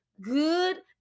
good